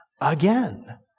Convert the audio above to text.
Again